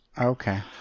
Okay